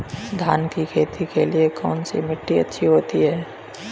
धान की खेती के लिए कौनसी मिट्टी अच्छी होती है?